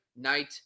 night